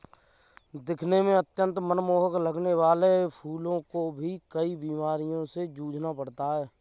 दिखने में अत्यंत मनमोहक लगने वाले फूलों को भी कई बीमारियों से जूझना पड़ता है